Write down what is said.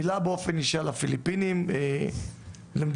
מילה באופן אישי על הפיליפינים: למדינת